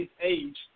age